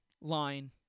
line